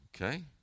Okay